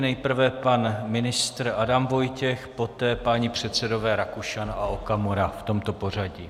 Nejprve pan ministr Adam Vojtěch, poté páni předsedové Rakušan a Okamura v tomto pořadí.